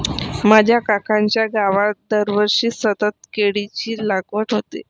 माझ्या काकांच्या गावात दरवर्षी सतत केळीची लागवड होते